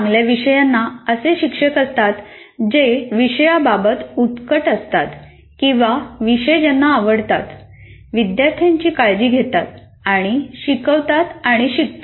चांगल्या विषयांना असे शिक्षक असतात जे विषयाबाबत उत्कट असतात किंवा विषय त्यांना आवडतात विद्यार्थ्यांची काळजी घेतात आणि शिकवतात आणि शिकतात